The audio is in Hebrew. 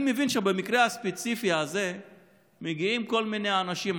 אני מבין שבמקרה הספציפי הזה מגיעים כל מיני אנשים,